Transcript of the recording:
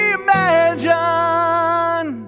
imagine